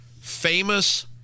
famous